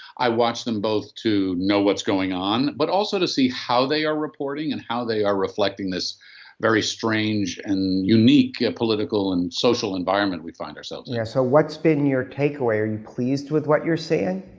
i watch them both to know what's going on, but also to see how they are reporting and how they are reflecting this very strange and unique political and social environment we find ourselves. yeah. so, what's been your takeaway? are you pleased with what you're saying?